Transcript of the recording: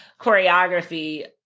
choreography